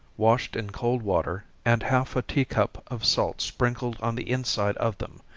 washed in cold water, and half a tea cup of salt sprinkled on the inside of them.